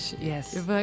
yes